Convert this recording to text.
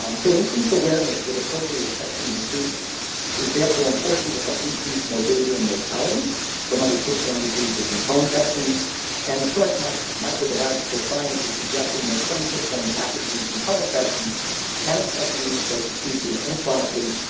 um so, increased awareness with appropriate testing and treatment is, therefore, important to help decrease morbidity and mortality from other tick-borne diseases and co-infections and current like microbiological sciences suggesting that some tick-borne pathogens and co-infections can infect humans both acutely and chronically.